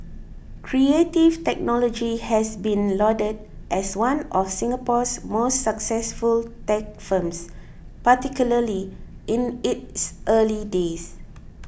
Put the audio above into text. Creative Technology has been lauded as one of Singapore's most successful tech firms particularly in its early days